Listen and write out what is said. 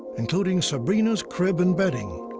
including sabrina's crib and bedding.